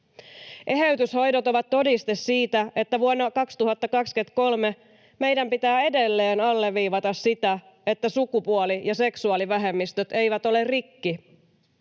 Eheytyshoidot ovat todiste siitä, että vuonna 2023 meidän pitää edelleen alleviivata sitä, että sukupuoli- ja seksuaalivähemmistöt eivät ole rikki.